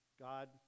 God